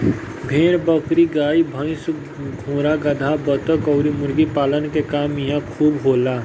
भेड़ बकरी, गाई भइस, घोड़ा गदहा, बतख अउरी मुर्गी पालन के काम इहां खूब होला